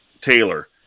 Taylor